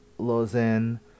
Lozen